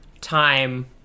time